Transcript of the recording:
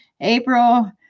April